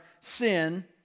sin